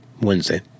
Wednesday